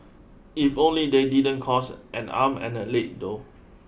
if only they didn't cost and arm and a leg though